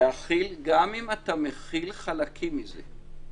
להחיל, גם אם אתה מחיל חלקים מזה.